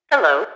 Hello